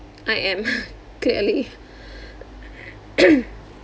I am clearly